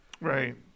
right